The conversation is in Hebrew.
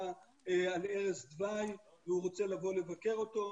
על ערש דווי והוא רוצה לבוא לבקר אותו,